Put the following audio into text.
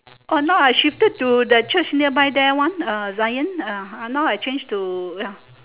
oh now I shifted to the church nearby there one ah zion ah now I change to ya